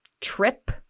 trip